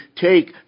take